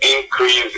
increase